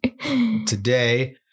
today